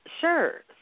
Sure